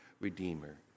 redeemer